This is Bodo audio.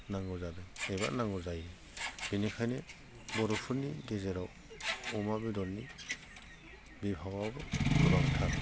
नांगौ जादों एबा नांगौ जायो बिनिखायनो बर'फोरनि गेजेराव अमा बेदरनि बिभागाबो गोनांथार